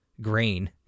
grain